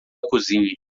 cozinha